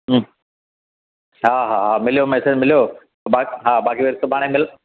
हा हा मिलियो मैसेज मिलियो हा बा बाक़ी त सुभाणे मिलु